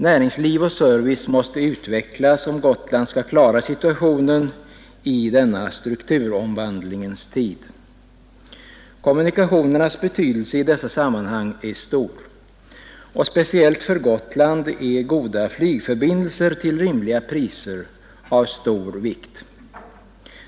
Näringsliv och service måste utvecklas om Gotland skall klara situationen i denna strukturomvandlingens tid. Kommunikationernas betydelse i dessa sammanhang är stor. Och speciellt för Gotland är goda flygförbindelser till rimliga priser av stor vikt.